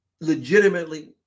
legitimately